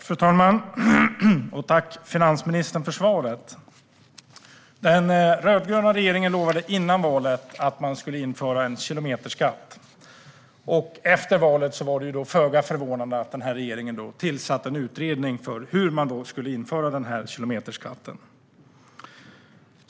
Fru talman! Tack, finansministern, för svaret! Den rödgröna regeringen lovade före valet att man skulle införa en kilometerskatt, och det var därför föga förvånande att regeringen efter valet tillsatte en utredning för att komma fram till hur man skulle införa denna skatt.